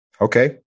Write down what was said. okay